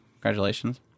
Congratulations